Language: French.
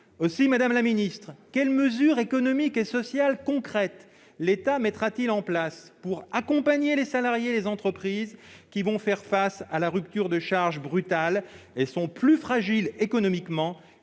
Aussi, madame la ministre, quelles mesures concrètes, économiques et sociales, l'État mettra-t-il en place pour accompagner les salariés, mais aussi ces entreprises qui vont faire face à une rupture de charge brutale et sont plus fragiles économiquement